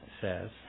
says